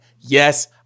Yes